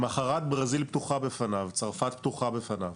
למחרת ברזיל פתוחה בפניו, צרפת פתוחה בפניו.